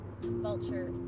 Vulture